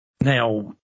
Now